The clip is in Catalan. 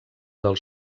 del